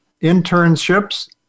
internships